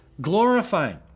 glorifying